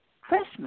Christmas